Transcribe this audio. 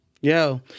Yo